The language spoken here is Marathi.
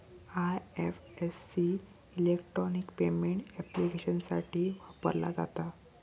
आय.एफ.एस.सी इलेक्ट्रॉनिक पेमेंट ऍप्लिकेशन्ससाठी वापरला जाता